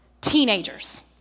teenagers